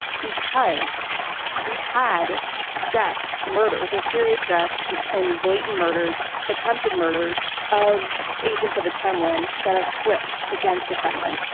because we've had deaths, murders, mysterious deaths and blatant murders. attempted murders of agents of the kremlin that have flipped against the kremlin.